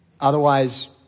Otherwise